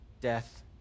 death